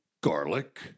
Garlic